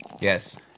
Yes